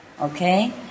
Okay